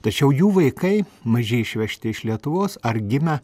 tačiau jų vaikai maži išvežti iš lietuvos ar gimę